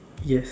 yes